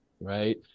right